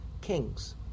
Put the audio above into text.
kings